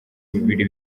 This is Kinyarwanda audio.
bibiri